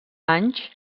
anys